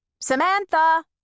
Samantha